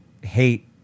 hate